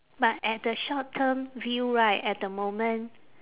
but at the short term view right at the moment